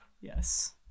yes